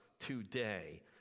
today